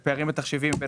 התחשיבים.